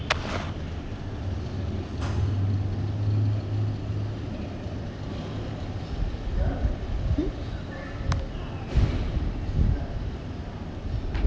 hmm